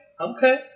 okay